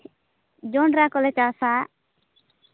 ᱡᱚᱸᱰᱨᱟ ᱠᱚᱞᱮ ᱪᱟᱥᱟ